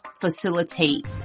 facilitate